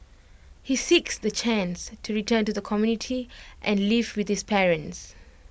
he seeks the chance to return to the community and live with his parents